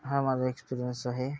हा माझा एक्सपिरियन्स आहे